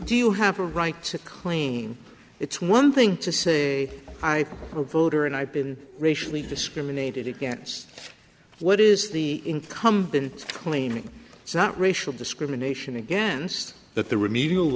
do you have a right to claim it's one thing to say i will voter and i've been racially discriminated against what is the incumbent claiming it's not racial discrimination against that the remedial